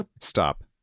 stop